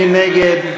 מי נגד?